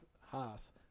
Haas